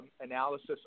analysis